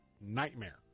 nightmare